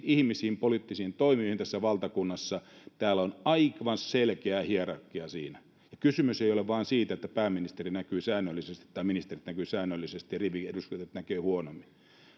ihmisiin poliittisiin toimijoihin tässä valtakunnassa niin täällä on aivan selkeä hierarkia siinä kysymys ei ole vain siitä että pääministeri näkyy säännöllisesti tai ministerit näkyvät säännöllisesti ja riviedustajat näkyvät huonommin